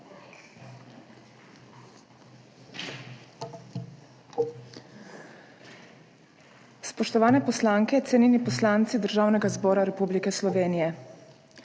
Spoštovane poslanke, cenjeni poslanci Državnega zbora Republike Slovenije!